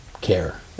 care